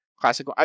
Classic